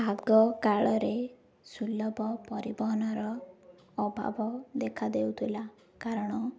ଆଗକାଳରେ ସୁଲଭ ପରିବହନର ଅଭାବ ଦେଖା ଦେଉଥିଲା କାରଣ